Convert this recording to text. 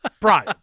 Brian